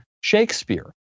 Shakespeare